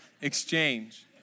exchange